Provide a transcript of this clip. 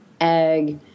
egg